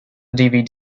dvd